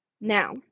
Now